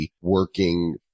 working